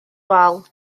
wal